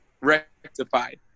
rectified